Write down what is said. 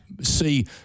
see